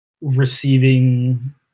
receiving